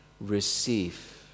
receive